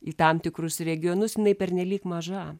į tam tikrus regionus jinai pernelyg maža